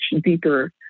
deeper